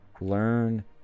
learn